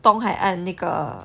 东海岸那个